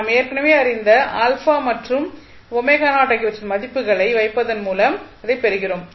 நாம் ஏற்கனவே அறிந்த மற்றும் ஆகியவற்றின் மதிப்புகளை வைப்பதன் மூலம் அதைப் பெறுகிறோம்